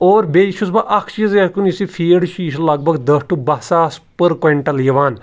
اور بیٚیہِ چھُس بہٕ اَکھ چیٖز یَتھ کُن یُس یہِ فیٖڈ چھُ یہِ چھُ لگ بگ دٔہ ٹُہ بَہہ ساس پر کویِنٹل یِوان